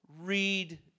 read